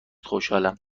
خوشحالم